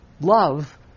love